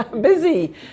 busy